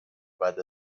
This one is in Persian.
بعد